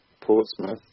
Portsmouth